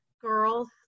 girls